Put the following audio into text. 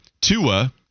Tua